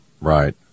Right